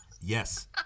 Yes